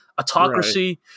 autocracy